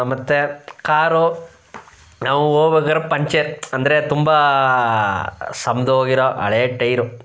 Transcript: ಮತ್ತು ಕಾರು ನಾವು ಹೋಬೇಕಾರ್ ಪಂಚರ್ ಅಂದರೆ ತುಂಬ ಸವ್ದೋಗಿರೋ ಹಳೇ ಟೈರು